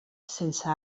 sense